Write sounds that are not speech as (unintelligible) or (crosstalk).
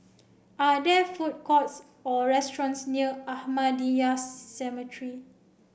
are there food courts or restaurants near Ahmadiyya (unintelligible) Cemetery